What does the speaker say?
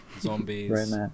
Zombies